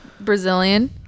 Brazilian